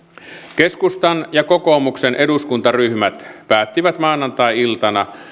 keskustan ja kokoomuksen eduskuntaryhmät päättivät maanantai iltana